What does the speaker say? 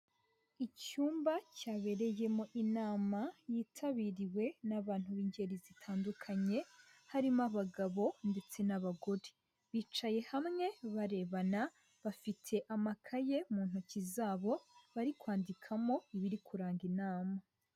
Icyumba cyabereyemo inama yitabiriwe n'abantu b'ingeri zitandukanye, harimo abagabo ndetse n'abagore. Bicaye hamwe barebana, bafite amakaye mu ntoki zabo bari kwandikamo ibiri kuranga inama.